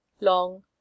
long